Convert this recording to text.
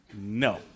No